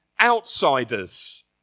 outsiders